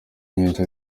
nyinshi